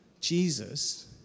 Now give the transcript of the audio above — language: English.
Jesus